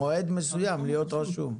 במועד מסוים להיות רשום.